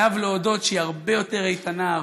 חייב להודות שהיא הרבה יותר איתנה,